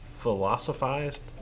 philosophized